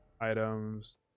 items